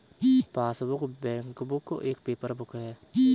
passbook, bankbook एक paper book है